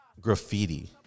graffiti